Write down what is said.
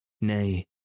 Nay